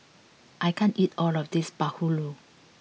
I can't eat all of this Bahulu